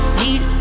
need